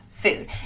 food